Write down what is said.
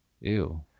Ew